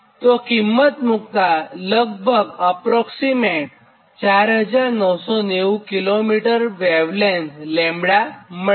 તો કિંમત મુક્તાં લગભગ 4990 km મળે